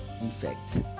effect